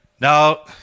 Now